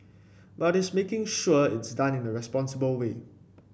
but it's making sure it's done in a responsible way